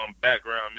background